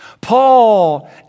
Paul